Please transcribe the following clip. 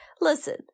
listen